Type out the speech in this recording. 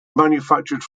manufactured